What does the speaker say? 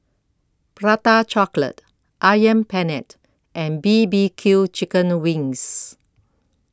Prata Chocolate Ayam Penyet and B B Q Chicken Wings